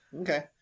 Okay